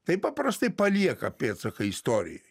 tai paprastai palieka pėdsaką istorijoj